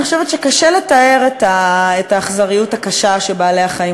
אני חושבת שקשה לתאר את האכזריות הקשה שבעלי-החיים